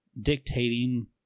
dictating